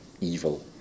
evil